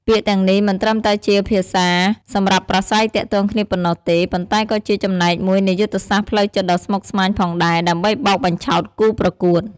ពាក្យទាំងនេះមិនត្រឹមតែជាភាសាសម្រាប់ប្រាស្រ័យទាក់ទងគ្នាប៉ុណ្ណោះទេ ប៉ុន្តែក៏ជាចំណែកមួយនៃយុទ្ធសាស្ត្រផ្លូវចិត្តដ៏ស្មុគស្មាញផងដែរ ដើម្បីបោកបញ្ឆោតគូប្រកួត។